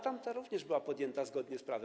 Tamta również była podjęta zgodnie z prawem.